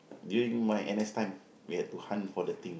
during my N_S time we had to hunt for the thing ah